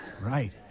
Right